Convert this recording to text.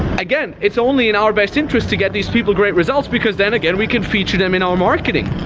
again, it's only in our best interest to get these people great results, because then again, we can feature them in our marketing.